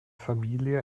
familie